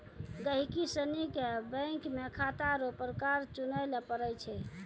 गहिकी सनी के बैंक मे खाता रो प्रकार चुनय लै पड़ै छै